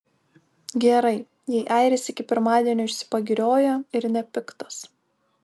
gerai jei airis iki pirmadienio išsipagirioja ir nepiktas